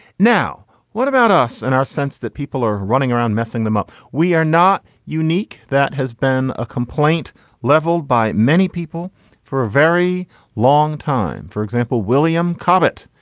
now, what about us and our sense that people are running around messing them up? we are not unique. that has been a complaint leveled by many people for a very long time. for example, william cobbett,